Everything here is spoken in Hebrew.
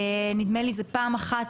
נדמה לי שזה פעם אחת